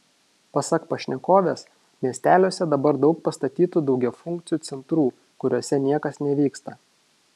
pasak pašnekovės miesteliuose dabar daug pastatytų daugiafunkcių centrų kuriuose niekas nevyksta